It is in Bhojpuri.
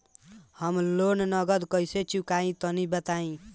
हम लोन नगद कइसे चूकाई तनि बताईं?